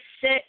sit